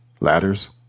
ladders